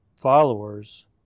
followers